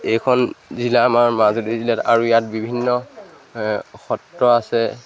এইখন জিলা আমাৰ মাজুলী জিলাত আৰু ইয়াত বিভিন্ন সত্ৰ আছে